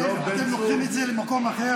עזוב, אתם לוקחים את זה למקום אחר.